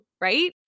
right